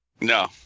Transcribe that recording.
No